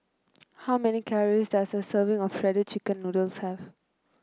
how many calories does a serving of Shredded Chicken Noodles have